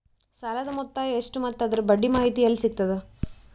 ಸಾಲದ ಮೊತ್ತ ಎಷ್ಟ ಮತ್ತು ಅದರ ಬಡ್ಡಿ ಬಗ್ಗೆ ಮಾಹಿತಿ ಎಲ್ಲ ಸಿಗತದ?